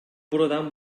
buradan